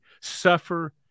suffer